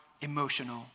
emotional